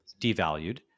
devalued